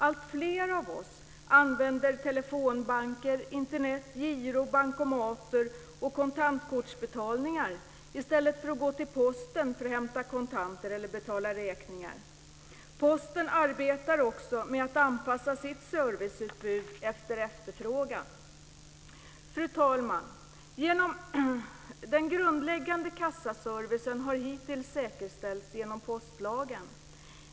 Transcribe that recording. Alltfler av oss använder telefonbanker, Internet, giro, bankomater och kontantkortsbetalningar i stället för att gå till Posten för att hämta kontanter eller betala räkningar. Posten arbetar också med att anpassa sitt serviceutbud efter efterfrågan. Fru talman! Den grundläggande kassaservicen har hittills säkerställts genom postlagen.